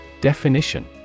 Definition